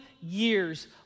years